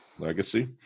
Legacy